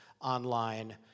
online